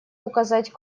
указать